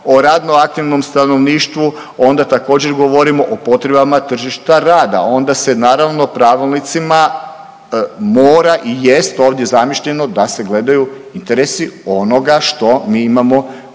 o radno aktivnom stanovništvu onda također govorimo o potrebama tržišta rada, onda se naravno pravilnicima mora i jest ovdje zamišljeno da se gledaju interesi onoga što mi imamo u